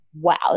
wow